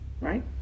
right